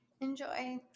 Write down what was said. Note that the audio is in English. enjoy